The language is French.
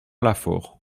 lafaure